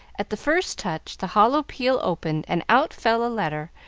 at the first touch, the hollow peel opened, and out fell a letter,